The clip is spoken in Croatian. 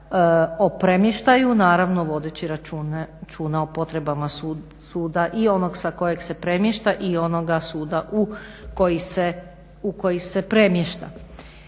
premještaju naravno vodeći računa o potrebama suda i onog sa kojeg se premješta i onoga suda u koji se premješta.